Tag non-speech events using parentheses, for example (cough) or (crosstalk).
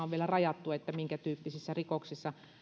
(unintelligible) on vielä rajattu minkä tyyppisissä rikoksissa